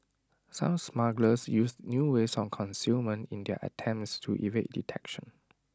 some smugglers used new ways of concealment in their attempts to evade detection